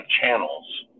channels